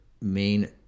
main